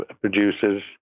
producers